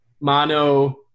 mono